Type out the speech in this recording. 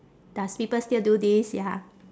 does people still do this ya